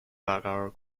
برقرار